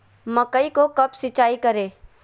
मकई को कब सिंचाई करे?